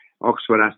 Oxford